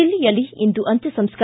ದಿಲ್ಲಿಯಯಲ್ಲಿ ಇಂದು ಅಂತ್ಯ ಸಂಸ್ಕಾರ